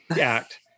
act